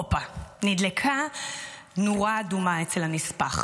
הופה, נדלקה נורה אדומה אצל הנספח.